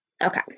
Okay